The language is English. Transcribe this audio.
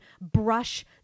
brush